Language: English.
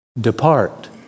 Depart